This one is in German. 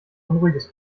unruhiges